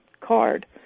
card